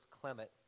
Clement